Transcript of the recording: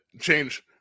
change